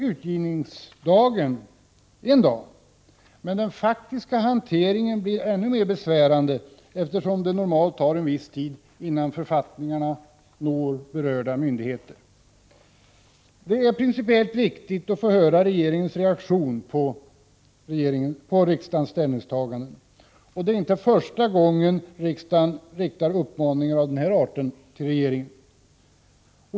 Utgivningsdagen är nu en sak, men den faktiska hanteringen blir ännu mer besvärande, eftersom det normalt tar en viss tid innan författningarna når berörda myndigheter. Det är principiellt viktigt att få höra regeringens reaktion på riksdagens ställningstaganden. Det är inte första gången som riksdagen riktar uppmaningar av den här arten till regeringen.